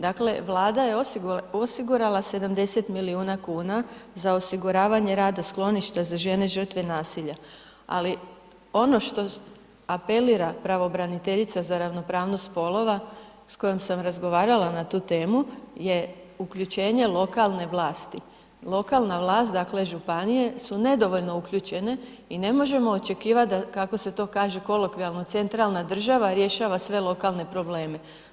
Dakle, Vlada je osigurala 70 milijuna kuna za osiguravanje rada skloništa za žene žrtve nasilja, ali ono što apelira pravobraniteljica za ravnopravnost spolova s kojom sam razgovarala na tu temu je uključenje lokalne vlasti, lokalna vlast, dakle županije su nedovoljno uključene i ne možemo očekivati, kako se to kaže kolokvijalno, centralna država rješava sve lokalne probleme.